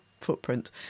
footprint